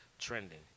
trending